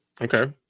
Okay